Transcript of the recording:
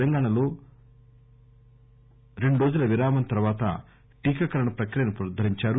తెలంగాణలో రెండు రోజుల విరామం తర్వాత టీకాకరణ ప్రక్రియను పునరుద్దరించారు